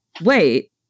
wait